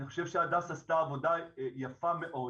אני חושב שהדס עשתה עבודה יפה מאוד,